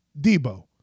Debo